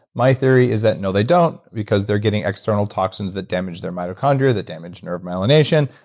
my theory is that, no they don't, because they're getting external toxins that damage their mitochondria, that damage nerve myelination.